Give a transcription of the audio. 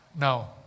now